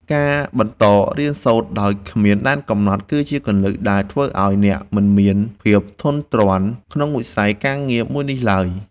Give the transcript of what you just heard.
ការបន្តរៀនសូត្រដោយគ្មានដែនកំណត់ គឺជាគន្លឹះដែលធ្វើឱ្យអ្នកមិនមានភាពធុញទ្រាន់ក្នុងវិស័យការងារមួយនេះឡើយ។